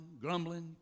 grumbling